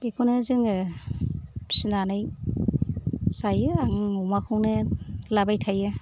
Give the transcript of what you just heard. बिखौनो जोङो फिसिनानै जायो आं अमाखौनो लाबाय थायो